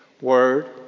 word